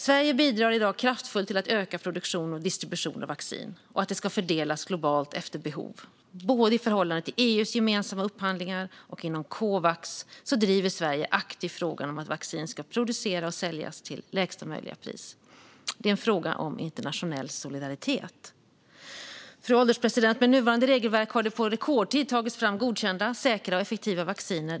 Sverige bidrar i dag kraftfullt till att öka produktion och distribution av vaccin och till att det ska fördelas globalt efter behov. Både i förhållande till EU:s gemensamma upphandlingar och inom Covax driver Sverige aktivt frågan om att vaccin ska produceras och säljas till lägsta möjliga pris. Det är en fråga om internationell solidaritet. Fru ålderspresident! Med nuvarande regelverk har det på rekordtid tagits fram godkända, säkra och effektiva vacciner.